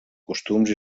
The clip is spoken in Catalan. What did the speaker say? costums